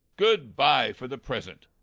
good-bye for the present.